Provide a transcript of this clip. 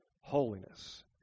holiness